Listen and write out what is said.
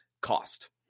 cost